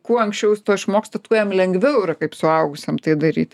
kuo anksčiau jis to išmoksta tuo jam lengviau yra kaip suaugusiam tai daryti